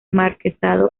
marquesado